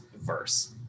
verse